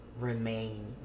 remain